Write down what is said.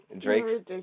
Drake